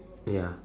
ya